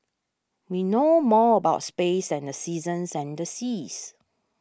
we know more about space than the seasons and the seas